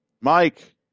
Mike